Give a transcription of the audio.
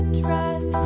dress